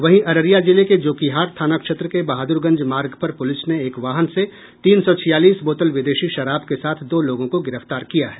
वहीं अररिया जिले के जोकीहाट थाना क्षेत्र के बहादुरगंज मार्ग पर पुलिस ने एक वाहन से तीन सौ छियालिस बोतल विदेशी शराब के साथ दो लोगों को गिरफ्तार किया है